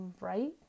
right